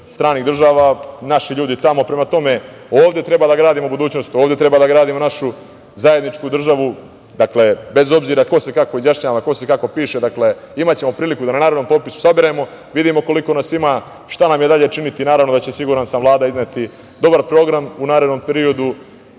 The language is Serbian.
stranih država naši ljudi tamo. Prema tome, ovde treba da gradimo budućnost. Ovde treba da gradimo našu zajedničku državu, bez obzira ko se kako izjašnjava, ko se kako piše. Imaćemo priliku da na narednom popisu saberemo. Vidimo koliko nas ima. Šta nam je dalje činiti. Naravno da će, siguran sam, Vlada izneti dobar program u narednom periodu